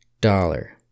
dollar